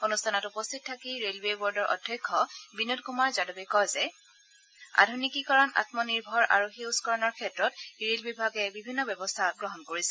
অনুষ্ঠানত উপস্থিত থাকি ৰেলৱে বৰ্ডৰ অধ্যক্ষ বিনোদ কুমাৰ যাদৱে কয় যে আধুনিকীকৰণ আয়নিৰ্ভৰ আৰু সেউজকৰণৰ ক্ষেত্ৰত ৰেলবিভাগে বিভিন্ন ব্যৱস্থা গ্ৰহণ কৰিছে